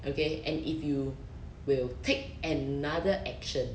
okay and if you will take another action